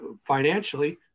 financially